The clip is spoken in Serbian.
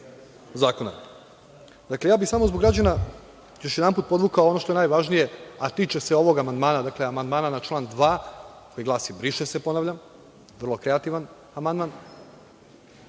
zakona. Dakle, ja bih samo zbog građana još jedanput podvukao ono što je najvažnije, a tiče se ovog amandmana, dakle amandmana na član 2. koji glasi „briše se“, ponavljam, vrlo kreativan amandman